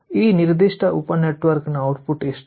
ಈ ನಿರ್ದಿಷ್ಟ ಉಪ ನೆಟ್ವರ್ಕ್ನ ಔಟ್ಪುಟ್ ಎಷ್ಟು